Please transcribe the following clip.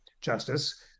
justice